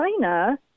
China